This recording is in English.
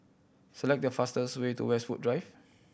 select the fastest way to Westwood Drive